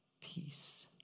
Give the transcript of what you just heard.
peace